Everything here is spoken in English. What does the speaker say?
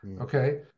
Okay